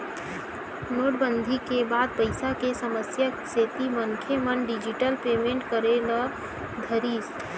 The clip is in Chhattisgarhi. नोटबंदी के बाद पइसा के समस्या के सेती मनखे मन डिजिटल पेमेंट करे ल धरिस